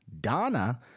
Donna